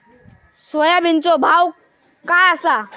सोयाबीनचो भाव काय आसा?